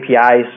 APIs